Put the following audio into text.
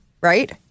right